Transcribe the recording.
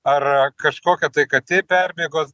ar kažkokia tai katė perbėgus